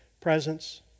presence